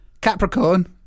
Capricorn